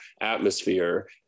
atmosphere